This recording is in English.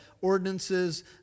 ordinances